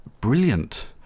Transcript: brilliant